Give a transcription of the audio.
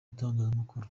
itangazamakuru